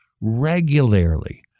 regularly